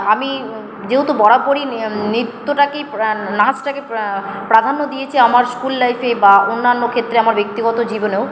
আমি যেহেতু বরাবরই নৃত্যটাকেই নাচটাকে প্রাধান্য দিয়েছি আমার স্কুল লাইফে বা অন্যান্য ক্ষেত্রে আমার ব্যক্তিগত জীবনেও